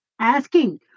asking